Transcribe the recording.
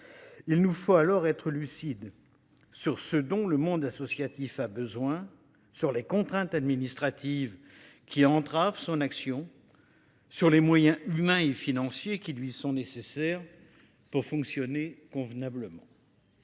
Il nous faut donc être lucides sur ce dont le monde associatif a besoin, sur les contraintes administratives qui entravent son action, sur les moyens humains et financiers qui lui sont nécessaires pour fonctionner convenablement.